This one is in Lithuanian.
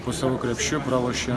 po savo krepšiu pralošėm